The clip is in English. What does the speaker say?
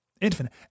Infinite